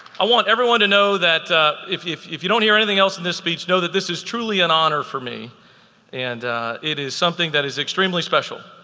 i want everyone to know that if if you don't hear anything else in this speech know that this is truly an honor for me and it is something that is extremely special.